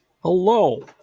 Hello